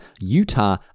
Utah